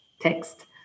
text